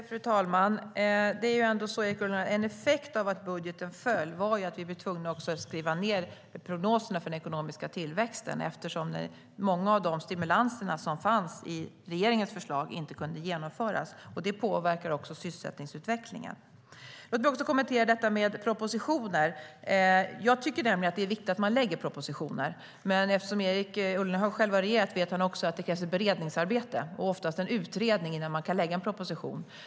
Fru talman! En av effekterna av att budgeten föll var att vi blev tvungna att skriva ned prognoserna för den ekonomiska tillväxten, eftersom många av de stimulanser som fanns i regeringens förslag inte kunde genomföras. Det påverkar också sysselsättningsutvecklingen. Låt mig också kommentera detta med propositioner. Jag tycker att det är viktigt att man lägger fram propositioner, men eftersom Erik Ullenhag själv har suttit i en regering vet han kanske också att det är ett beredningsarbete och att det oftast behövs en utredning innan man kan lägga fram en proposition.